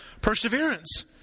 perseverance